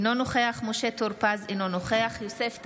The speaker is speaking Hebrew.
אינו נוכח משה טור פז, אינו נוכח יוסף טייב,